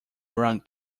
around